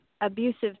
abusive